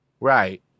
Right